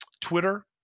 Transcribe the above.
Twitter